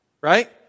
right